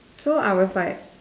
so I was like